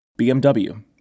BMW